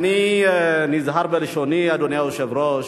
ואני נזהר בלשוני, אדוני היושב-ראש,